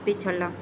ਪਿਛਲਾ